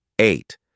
Eight